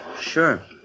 Sure